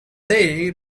they